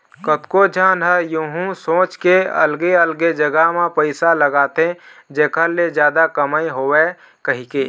कतको झन ह यहूँ सोच के अलगे अलगे जगा म पइसा लगाथे जेखर ले जादा कमई होवय कहिके